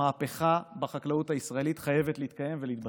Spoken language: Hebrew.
המהפכה בחקלאות הישראלית חייבת להתקיים ולהתבצע,